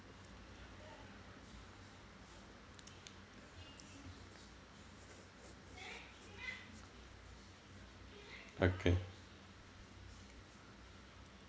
okay